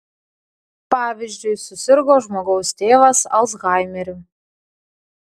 pavyzdžiui susirgo žmogaus tėvas alzhaimeriu